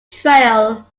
trail